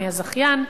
מהזכיין.